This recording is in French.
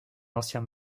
anciens